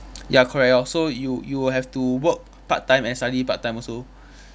ya correct lor so you you have to work part time and study part time also